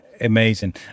Amazing